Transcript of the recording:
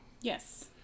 Yes